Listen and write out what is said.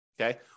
Okay